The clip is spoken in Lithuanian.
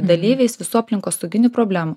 dalyviais visų aplinkosauginių problemų